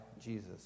Jesus